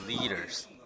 leaders